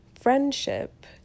friendship